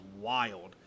wild